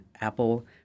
Apple